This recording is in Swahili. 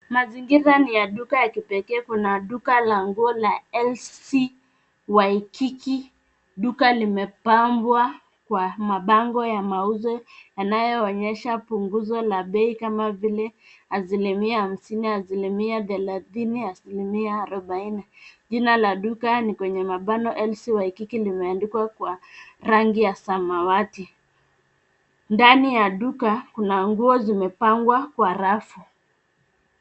Mazingira ni ya duka ya kipekee. Kuna duka la nguo la LC Waikiki . Duka limepambwa kwa mabango ya mauzo yanayoonyesha punguzo la bei kama vile: asilimia hamsini, asilimia thelathini, asilimia arobaini. Jina la duka ni kwenye mabano LC Waikiki , limeandikwa kwa rangi ya samawati. Ndani ya duka kuna nguo zimepangwa kwa rafu.